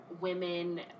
women